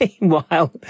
Meanwhile